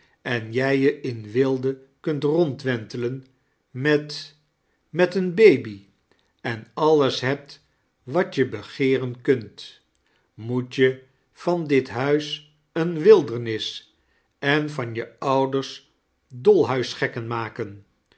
en jij je in weelde kunt rondwentelen met met een baby en alles hebt wat je begeeren kunt moet je van dit huis eene wildernis en van je ouders dolhuisgekken maken